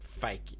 fake